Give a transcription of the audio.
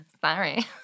Sorry